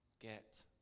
get